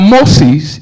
Moses